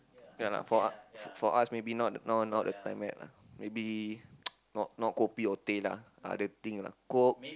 ya lah for us for us maybe now now not the time yet lah maybe not not kopi or teh lah other thing lah coke